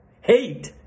Hate